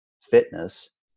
fitness